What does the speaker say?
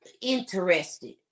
Interested